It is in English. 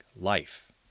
life